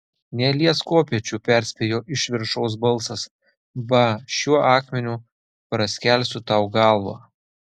neliesk kopėčių perspėjo iš viršaus balsas ba šiuo akmeniu praskelsiu tau galvą